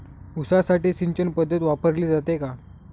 ऊसासाठी सिंचन पद्धत वापरली जाते का?